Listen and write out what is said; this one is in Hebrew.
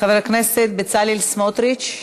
חבר הכנסת בצלאל סמוטריץ.